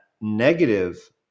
negative